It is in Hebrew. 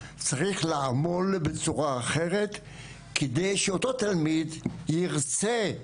צריך לעמול בצורה אחרת כדי שאותו תלמיד ירצה,